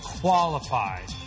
qualified